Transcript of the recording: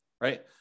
right